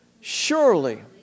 Surely